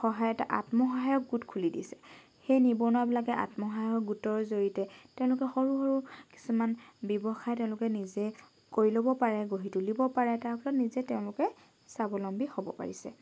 সহায়ত আত্ম সহায়ক গোট খুলি দিছে সেই নিবনুৱাবিলাকে আত্ম সহায়ক গোটৰ জৰিয়তে তেওঁলোকে সৰু সৰু কিছুমান ব্যৱসায় তেওঁলোকে নিজে কৰি ল'ব পাৰে গঢ়ি তুলিব পাৰে তাৰপিছত নিজে তেওঁলোকে স্বাবলম্বী হ'ব পাৰিছে